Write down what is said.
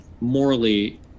morally